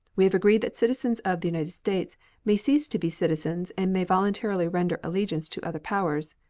we have agreed that citizens of the united states may cease to be citizens and may voluntarily render allegiance to other powers.